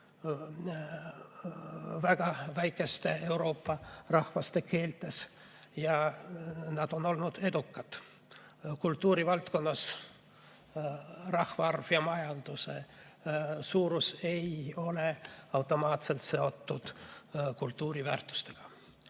väga väikeste Euroopa rahvaste keeltes – on olnud edukad kultuurivaldkonnas. Rahvaarv ja majanduse suurus ei ole automaatselt seotud kultuuriväärtustega.